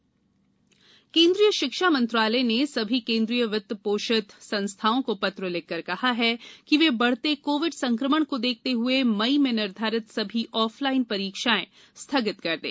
शिक्षा परीक्षा केन्द्रीय शिक्षा मंत्रालय ने सभी केन्द्रीय वित्त पोषित संस्थाओं को पत्र लिखकर कहा है कि वे बढ़ते कोविड संक्रमण को देखते हुए मई में निर्धारित सभी ऑफलाइन परीक्षाएं स्थगित कर दें